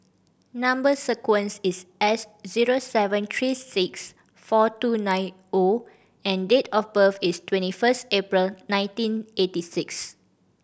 number sequence is S zero seven three six four two nine O and date of birth is twenty first April nineteen eighty six